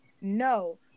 No